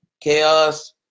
chaos